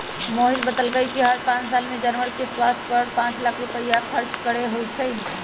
मोहित बतलकई कि हर साल पंचायत में जानवर के स्वास्थ पर पांच लाख रुपईया खर्च होई छई